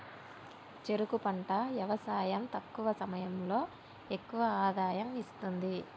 చెరుకు పంట యవసాయం తక్కువ సమయంలో ఎక్కువ ఆదాయం ఇస్తుంది